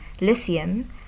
lithium